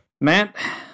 matt